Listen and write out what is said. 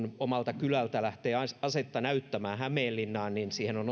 omalta kylältä lähtee asetta näyttämään hämeenlinnaan niin siihen on